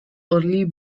early